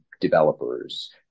developers